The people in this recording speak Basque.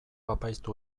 apaiztu